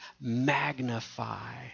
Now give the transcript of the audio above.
magnify